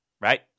right